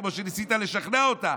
כמו שניסית לשכנע אותה.